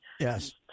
Yes